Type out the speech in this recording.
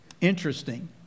Interesting